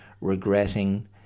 regretting